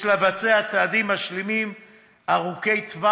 יש לבצע צעדים משלימים ארוכי-טווח